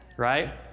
Right